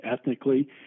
ethnically